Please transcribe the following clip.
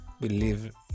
believe